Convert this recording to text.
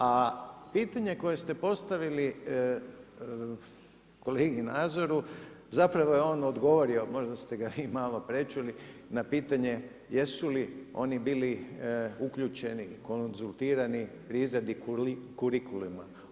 A pitanje koje ste postavili kolegi Nazoru, zapravo je on odgovorio, možda ste ga malo prečuli, na pitanje, jesu li oni bili uključeni, konzultirani, pri izradi kurikuluma.